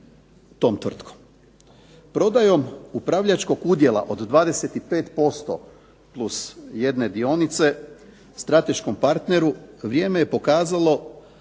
tom tvrtkom.